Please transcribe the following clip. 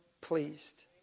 pleased